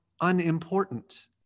unimportant